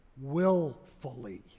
willfully